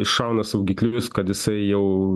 iššauna saugiklius kad jisai jau